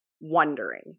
wondering